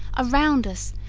are round us,